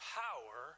power